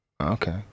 Okay